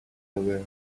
aware